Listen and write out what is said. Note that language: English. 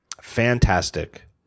fantastic